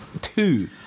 Two